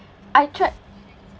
I tried